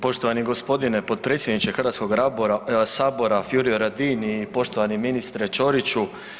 Poštovani gospodine potpredsjedniče Hrvatskoga sabora Furio Radin i poštovani ministre Ćoriću.